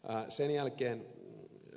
sen jälkeen ed